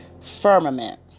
firmament